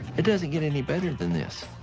it doesn't get any better than this.